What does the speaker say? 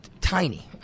tiny